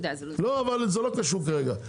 זה לא קשור כרגע.